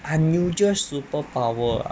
unusual superpower